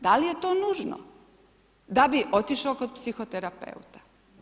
Da li je to nužno da bi otišao kod psihoterapeuta?